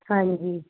ਹਾਂਜੀ